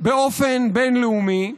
באופן בין-לאומי,